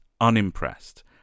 unimpressed